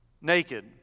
naked